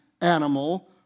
animal